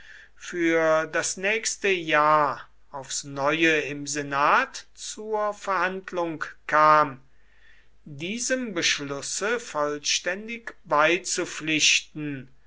für das nächste jahr aufs neue im senat zur verhandlung kam diesem beschlusse vollständig